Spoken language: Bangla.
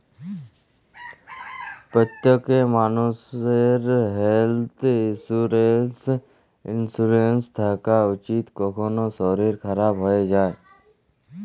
প্যত্তেক মালুষের হেলথ ইলসুরেলস থ্যাকা উচিত, কখল শরীর খারাপ হয়ে যায়